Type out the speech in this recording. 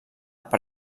per